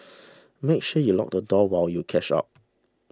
make sure you lock the door while you catch up